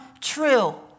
true